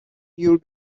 you